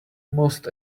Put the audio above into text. most